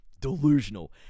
Delusional